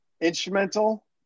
Instrumental